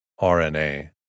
RNA